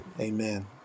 amen